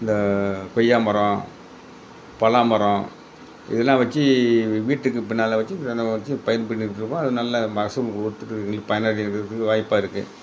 இந்த கொய்யா மரம் பலா மரம் இதெலாம் வச்சு வீட்டுக்கு பின்னால் வச்சு அதெலாம் வச்சு பயிர் பண்ணிகிட்ருக்கோம் அது நல்ல மகசூல் கொடுத்துட்டு எங்களுக்கு பயனடைகிறதுக்கு வாய்ப்பாக இருக்குது